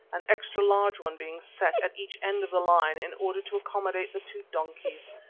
an extra large one being set at each end of the line in order to accommodate the two donkeys,